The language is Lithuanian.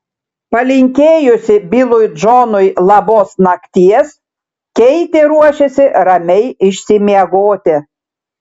palinkėjusi bilui džonui labos nakties keitė ruošėsi ramiai išsimiegoti